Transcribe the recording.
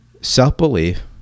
self-belief